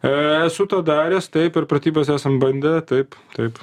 esu tą daręs taip per pratybas esam bandę taip taip